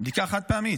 בדיקה חד-פעמית,